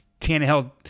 Tannehill